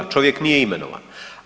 Čovjek nije imenovan.